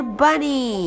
bunny